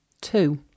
Two